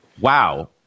wow